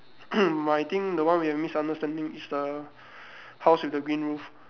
my thing the one we have misunderstanding is the house with the green roof